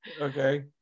Okay